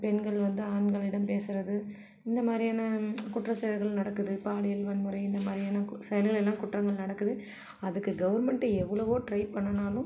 பெண்கள் வந்து ஆண்களிடம் பேசுகிறது இந்த மாதிரியான குற்றச்செயல்கள் நடக்குது பாலியல் வன்முறை இந்தமாதிரியான செயல் இல்லேன்னா குற்றங்கள் நடக்குது அதுக்கு கவர்மென்ட் எவ்வளவோ ட்ரை பண்ணணுன்னாலும்